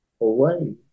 away